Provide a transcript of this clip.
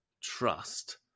trust